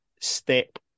step